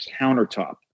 countertop